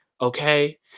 okay